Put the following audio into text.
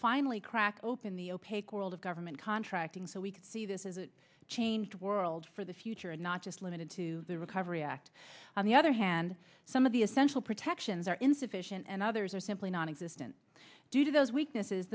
finally crack open the opaque world of government contracting so we can see this is a changed world for the future and not just limited to the recovery act on the other hand some of the essential protections are insufficient and others are simply nonexistent due to those weaknesses